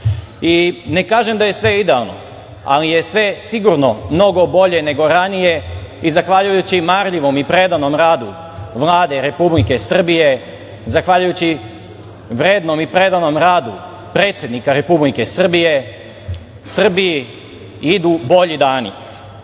kažem da je sve idealno, ali je sve sigurno mnogo bolje nego ranije i zahvaljujući marljivom i predanom radu Vlade Republike Srbije, zahvaljujući vrednom i predanom radu predsednika Republike Srbije, Srbiji idu bolji dani.